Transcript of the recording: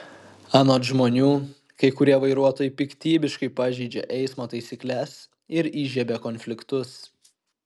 anot žmonių kai kurie vairuotojai piktybiškai pažeidžia eismo taisykles ir įžiebia konfliktus